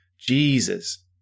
Jesus